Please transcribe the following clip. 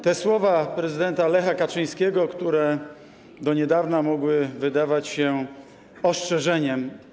Te słowa prezydenta Lecha Kaczyńskiego do niedawna mogły wydawać się ostrzeżeniem.